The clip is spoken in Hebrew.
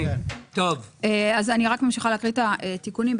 אני ממשיכה להקריא את התיקונים.